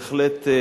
בהחלט.